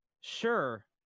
sure